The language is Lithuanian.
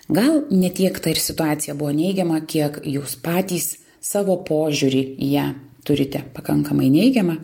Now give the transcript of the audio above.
gal ne tiek ta ir situacija buvo neigiama kiek jūs patys savo požiūrį į ją turite pakankamai neigiamą